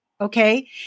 Okay